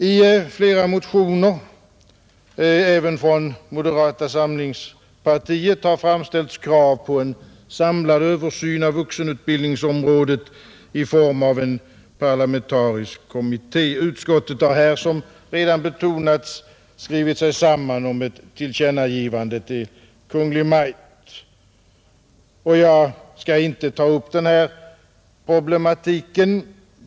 I flera motioner, även från moderata samlingspartiet, har framställts krav på en samlad översyn av vuxenutbildningsområdet i form av en parlamentarisk kommitté. Utskottet har här, som redan betonats, skrivit sig samman om ett tillkännagivande till Kungl. Maj:t, och jag skall inte ta upp den här problematiken.